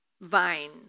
vine